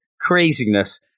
craziness